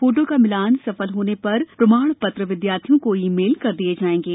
photo का मिलान सफल होने पर प्रमाण पत्र विद्यार्थियों को ई मेल कर दिये जाएंगे